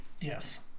Yes